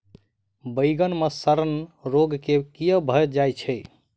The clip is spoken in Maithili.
बइगन मे सड़न रोग केँ कीए भऽ जाय छै?